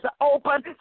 open